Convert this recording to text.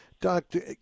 Doctor